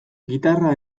gitarra